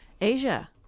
asia